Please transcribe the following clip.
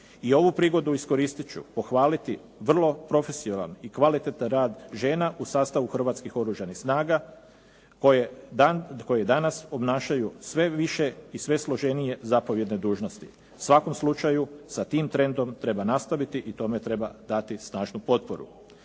I ovu prigodu iskoristiti ću pohvaliti vrlo profesionalan i kvalitetan rad žena u sastavu Hrvatskih oružanih snaga koji je danas obnašaju sve više i sve složenije zapovjedne dužnosti. U svakom slučaju sa tim trendom treba nastaviti i tome treba dati snažnu potporu.